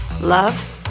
love